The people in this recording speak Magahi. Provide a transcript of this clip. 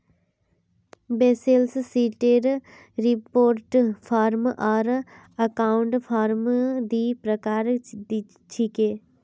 बैलेंस शीटेर रिपोर्ट फॉर्म आर अकाउंट फॉर्म दी प्रकार छिके